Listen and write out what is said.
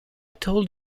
told